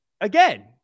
again